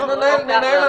ננהל אותו.